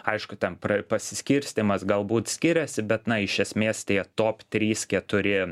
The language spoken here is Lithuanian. aišku ten pasiskirstymas galbūt skiriasi bet na iš esmės tie top trys keturi